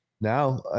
Now